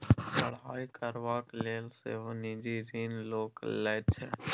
पढ़ाई करबाक लेल सेहो निजी ऋण लोक लैत छै